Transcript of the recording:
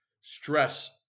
stress